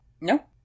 No